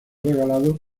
regalado